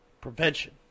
prevention